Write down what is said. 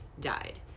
died